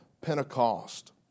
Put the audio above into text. Pentecost